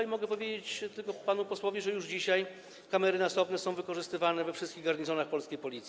I mogę powiedzieć tylko panu posłowi, że już dzisiaj kamery nasobne są wykorzystywane we wszystkich garnizonach polskiej Policji.